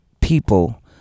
people